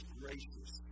gracious